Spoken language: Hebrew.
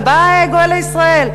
ובא גואל לישראל.